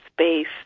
space